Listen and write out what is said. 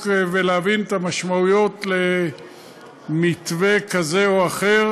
ולהבין את המשמעויות של מתווה כזה או אחר.